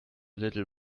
little